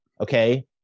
okay